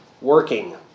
working